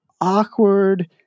awkward